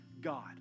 God